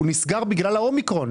הוא נסגר בגלל האומיקרון.